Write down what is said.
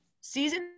season